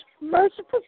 merciful